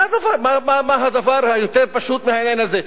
מה הדבר היותר-פשוט מהעניין הזה?